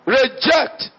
reject